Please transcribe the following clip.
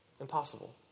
Impossible